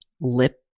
lip